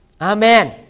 Amen